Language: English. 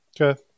Okay